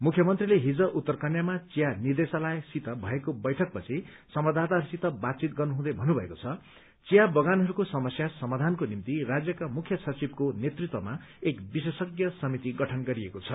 मुख्यमन्त्री हिज उत्तरकन्यामा चिया निदेशालयसित भएको बैठक पछि संवाददाताहरूसित बातचित गर्नुहुँदै भन्नुमएको छ चिया बगानहरूको समस्या समाधानको निम्ति राज्यका मुख्य सचिवको नेतृत्वमा एक विशेषज्ञ समिति गठन गरिएको छ